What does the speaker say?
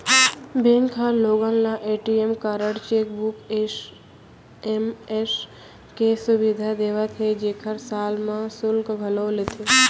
bank ह लोगन ल ए.टी.एम कारड, चेकबूक, एस.एम.एस के सुबिधा देवत हे जेकर साल म सुल्क घलौ लेथे